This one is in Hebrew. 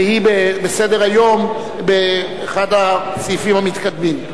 והיא בסדר-היום באחד הסעיפים המתקדמים.